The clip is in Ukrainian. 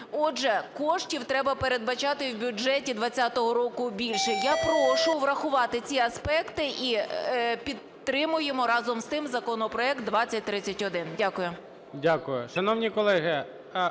Отже, коштів треба передбачати в бюджеті 20-го року більше. Я прошу врахувати ці аспекти і підтримуємо разом з тим законопроект 2031. Дякую.